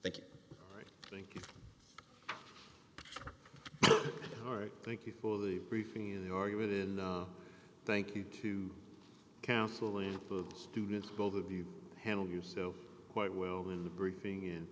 thank you thank you all right thank you for the briefing in the argument in the thank you to counsel and the students both of you handle yourself quite well in the briefing